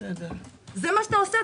זה מה שאתה עושה,